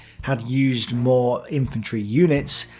had used more infantry units,